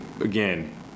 again